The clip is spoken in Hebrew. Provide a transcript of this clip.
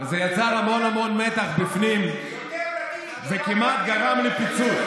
זה יצר המון המון מתח בפנים וכמעט גרם לפיצוץ,